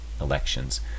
elections